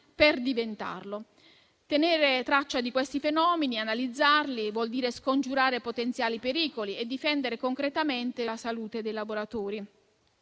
per diventarlo. Tenere traccia di questi fenomeni e analizzarli vuol dire scongiurare potenziali pericoli e difendere concretamente la salute dei lavoratori.